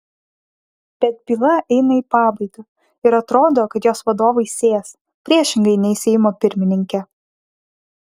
bet byla eina į pabaigą ir atrodo kad jos vadovai sės priešingai nei seimo pirmininkė